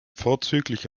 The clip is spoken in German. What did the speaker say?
vorzüglich